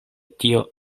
tio